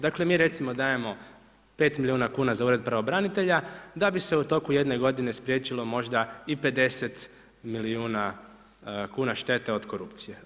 Dakle mi recimo dajemo 5 milijuna kuna za Ured pravobranitelja da bi se u toku jedne godine spriječilo možda i 50 milijuna kuna štete od korupcije.